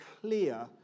clear